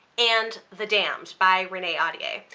and the damned by renee ahdieh.